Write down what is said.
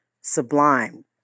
Sublime